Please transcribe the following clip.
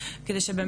תודה רבה.